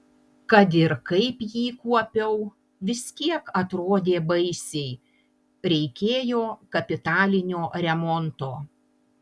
kad ir kaip jį kuopiau vis tiek atrodė baisiai reikėjo kapitalinio remonto